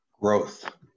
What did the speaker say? Growth